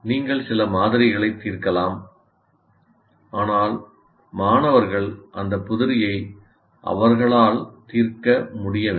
நீங்கள் சில மாதிரிகளை தீர்க்கலாம் ஆனால் மாணவர்கள் அந்த புதிரியை அவர்களால் தீர்க்க முடிய வேண்டும்